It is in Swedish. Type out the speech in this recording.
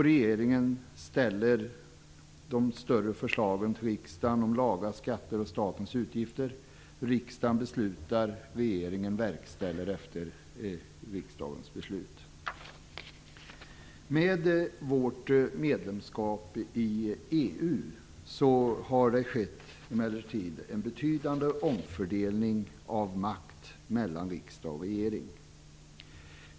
Regeringen ställer de större förslagen till riksdagen om lagar, skatter och statens utgifter. Riksdagen beslutar. Med vårt medlemskap i EU har det emellertid skett en betydande omfördelning av makt mellan riksdag och regering.